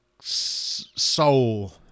soul